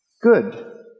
good